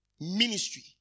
Ministry